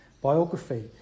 biography